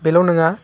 बेल' नङा